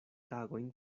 tagojn